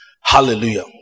Hallelujah